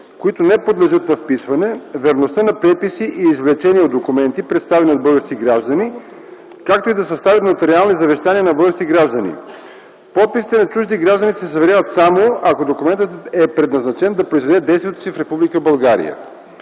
които не подлежат на вписване, верността на преписи и извлечения от документи, представени от български граждани, както и да съставят нотариални завещания на български граждани. Подписите на чужди граждани се заверяват само ако документът е предназначен да произведе действието си в